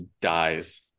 dies